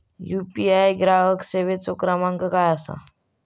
UPI ग्राहक सेवेचो क्रमांक काय असा?